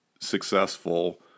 successful